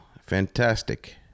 fantastic